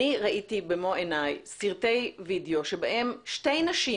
אני ראיתי במו עיני סרטי וידאו בהם שתי נשים